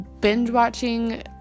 binge-watching